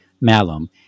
Malum